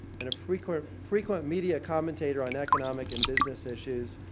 and a frequent frequent media commentator on economic and business issues.